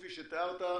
כפי שתיארת,